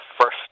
first